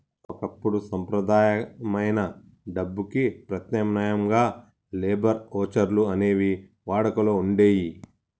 ఒకప్పుడు సంప్రదాయమైన డబ్బుకి ప్రత్యామ్నాయంగా లేబర్ వోచర్లు అనేవి వాడుకలో వుండేయ్యి